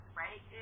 right